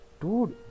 Dude